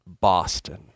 Boston